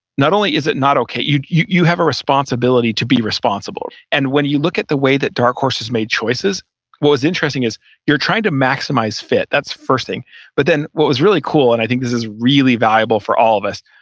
not only is it not okay, you you have a responsibility to be responsible. and when you look at the way that dark horses made choices, what was interesting is you're trying to maximize fit. that's first thing but then what was really cool, and i think this is really valuable for all of us,